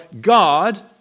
God